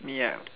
ya